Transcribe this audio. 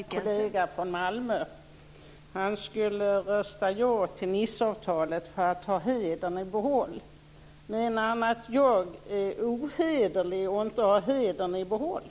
Fru talman! Jag måste ställa en fråga. Jag kanske missuppfattade min kollega från Malmö. Han sade att han skulle rösta ja till Nicefördraget för att kunna lämna riksdagen med hedern i behåll. Menar han att jag är ohederlig och att jag inte har hedern i behåll?